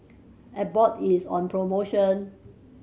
Abbott is on promotion